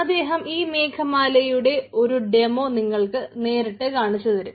അദ്ദേഹം ഈ മേഘമാലയുടെ ഒരു ഡെമോ നിങ്ങൾക്ക് നേരിട്ട് കാണിച്ചു തരും